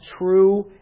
true